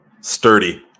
Sturdy